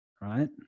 Right